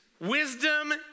Wisdom